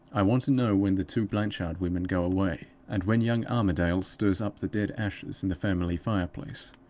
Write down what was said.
i want to know when the two blanchard women go away, and when young armadale stirs up the dead ashes in the family fire-place.